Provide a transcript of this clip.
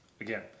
again